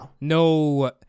no